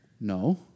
no